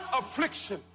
affliction